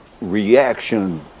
reaction